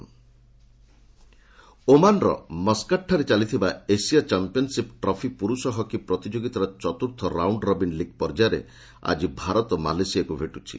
Asian hockey ଓମାନ୍ର ମସ୍କାଟ୍ଠାରେ ଚାଲିଥିବା ଏସୀୟ ଚମ୍ପିୟନ୍ସିପ୍ ଟ୍ରଫି ପୁରୁଷ ହକି ପ୍ରତିଯୋଗିତାର ଚତୁର୍ଥ ରାଉଣ୍ଡ୍ ରବିନ୍ ଲିଗ୍ ପର୍ଯ୍ୟାୟରେ ଆଜି ଭାରତ ମାଲେସିଆକୁ ଭେଟୁଛି